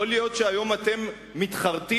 יכול להיות שהיום אתם מתחרטים,